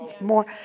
more